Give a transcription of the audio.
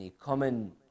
common